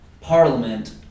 parliament